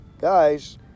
Guys